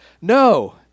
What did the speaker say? No